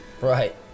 Right